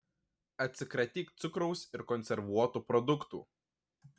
atsikratyk cukraus ir konservuotų produktų